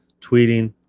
tweeting